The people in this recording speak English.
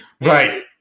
Right